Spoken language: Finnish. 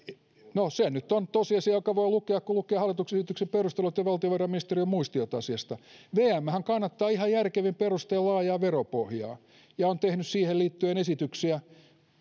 no se nyt on tosiasia jonka voi lukea kun lukee hallituksen esityksen perustelut ja valtiovarainministeriön muistiot asiasta vmhän kannattaa ihan järkevin perustein laajaa veropohjaa ja on tehnyt siihen liittyen esityksiä